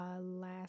last